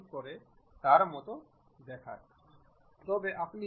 আপনি এটা দেখতে পারেন